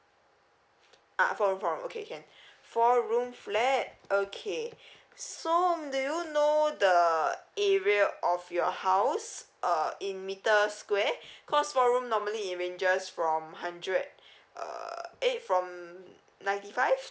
ah four room four room okay can four room flat okay so do you know the area of your house is uh in meter square cause four room normally it ranges from hundred uh eight from ninety five